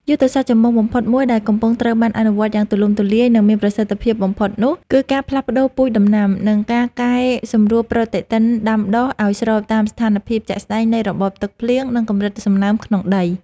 យុទ្ធសាស្ត្រចម្បងបំផុតមួយដែលកំពុងត្រូវបានអនុវត្តយ៉ាងទូលំទូលាយ និងមានប្រសិទ្ធភាពបំផុតនោះ គឺការផ្លាស់ប្តូរពូជដំណាំ និងការកែសម្រួលប្រតិទិនដាំដុះឱ្យស្របតាមស្ថានភាពជាក់ស្តែងនៃរបបទឹកភ្លៀង និងកម្រិតសំណើមក្នុងដី។